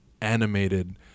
animated